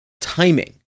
timing